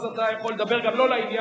אז אתה יכול לדבר גם לא לעניין.